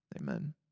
Amen